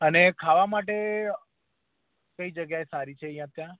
અને ખાવા માટે કઈ જગ્યા સારી છે અહીંયા ત્યાં